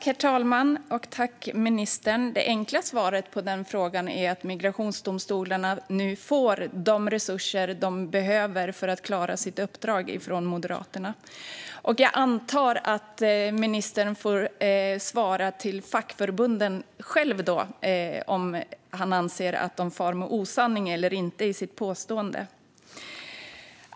Herr talman! Det enkla svaret på den frågan är att migrationsdomstolarna nu får de resurser de behöver från Moderaterna för att klara sitt uppdrag. Jag antar att ministern själv får svara fackförbunden om han anser att de far med osanning eller inte i sitt påstående.